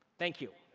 thank you!